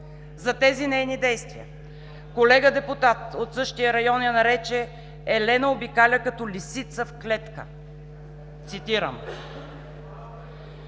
За тези нейни действия колега депутат от същия район я нарече: „Елена обикаля като лисица в клетка“, цитирам.